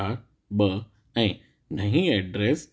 चार ॿ ऐं नईं एड्रस